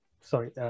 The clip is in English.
Sorry